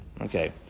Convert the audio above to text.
Okay